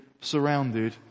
surrounded